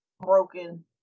broken